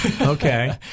Okay